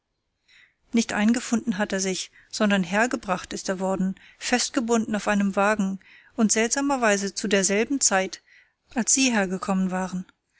nicht eingefunden hat er sich sondern hergebracht ist er worden festgebunden auf einem wagen und seltsamerweise zu derselben zeit als sie hergekommen waren